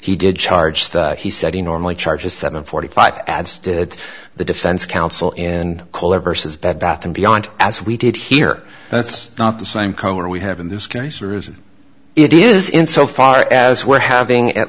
he did charge that he said he normally charges seven forty five adds did the defense counsel in color versus bed bath and beyond as we did here that's not the same cohen we have in this case ruse it is in so far as we're having at